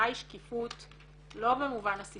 המטרה היא שקיפות,